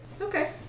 Okay